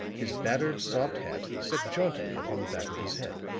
his battered soft hat set jauntily upon the back of his head,